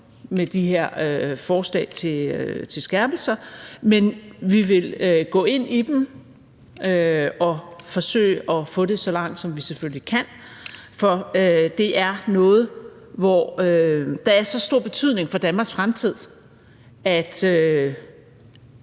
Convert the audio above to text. ved vi ikke, hvor langt vi kan komme. Men vi vil gå ind i dem og forsøge og få det så langt, som vi selvfølgelig kan. For det er noget, der er af så stor betydning for Danmarks fremtid, at